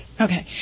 okay